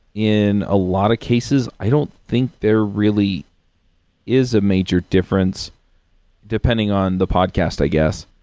in a lot of cases, i don't think there really is a major difference depending on the podcast, i guess,